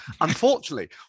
Unfortunately